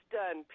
done